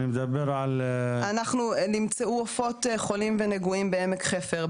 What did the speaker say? אני מדבר על נמצאו עופות חולים ונגועים בעמק חפר,